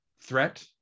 threat